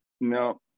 no